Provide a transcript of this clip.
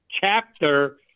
chapter